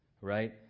right